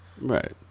Right